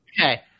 okay